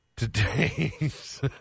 Today's